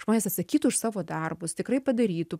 žmonės atsakytų už savo darbus tikrai padarytų